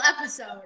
episode